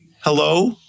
hello